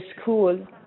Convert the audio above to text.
school